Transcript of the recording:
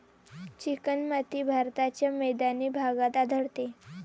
चिकणमाती भारताच्या मैदानी भागात आढळते